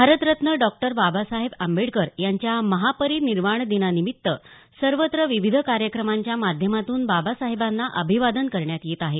भारतरत्न डॉ बाबासाहेब आंबेडकर यांच्या महापरिनिर्वाणदिनानिमित्त सर्वत्र विविध कार्यक्रमांच्या माध्यमातून बाबासाहेबांना अभिवादन करण्यात येत आहे